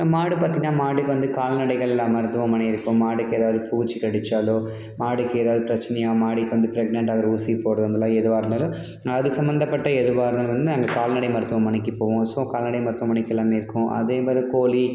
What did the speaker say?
மாடு பார்த்தீங்கன்னா மாடுக்கு வந்து கால்நடைகள்லாம் மருத்துவமனை இருக்கும் மாடுக்கு ஏதாவது பூச்சி கடித்தாலோ மாடுக்கு ஏதாவது பிரச்சினையா மாடு இப்போ வந்து ப்ரெக்னெண்ட் ஆகிற ஊசி போடுற வந்தெலாம் எதுவாக இருந்தாலும் அது சம்மந்தப்பட்ட எதுவாக இருந்தாலும் வந்து நாங்கள் கால்நடை மருத்துவமனைக்கு போவோம் ஸோ கால்நடை மருத்துவமனைக்கு எல்லாமே இருக்கும் அதே மாதிரி கோழி